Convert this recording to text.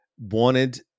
wanted